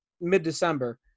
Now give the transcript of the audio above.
mid-December